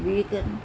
teak